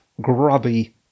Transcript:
grubby